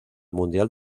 mundial